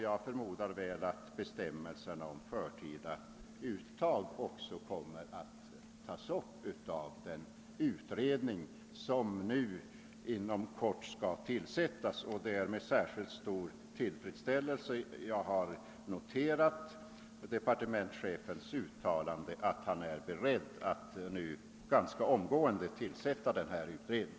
Jag förmodar att bestämmelserna om förtida uttag också kommer att tas upp av den utredning som nu inom kort skall tillsättas. Det är med särskilt stor tillfredsställelse jag har noterat departementschefens wuttalande att han är beredd att tämligen omgående tillsätta denna utredning.